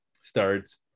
starts